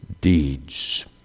deeds